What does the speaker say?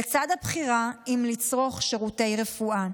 לצד הבחירה אם לצרוך שירותי רפואה.